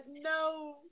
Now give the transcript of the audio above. no